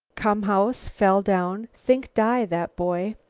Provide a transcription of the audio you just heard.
come house. fell down. think die, that boy.